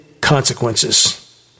consequences